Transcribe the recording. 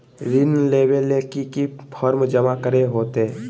ऋण लेबे ले की की फॉर्म जमा करे होते?